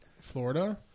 Florida